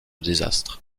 désastre